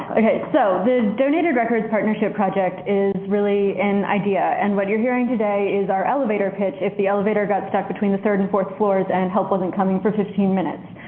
so the donated records partnership project is really an idea. and what you're hearing today is our elevator pitch if the elevator got stuck between the third and fourth floors and help wasn't coming for fifteen minutes.